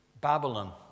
Babylon